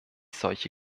solche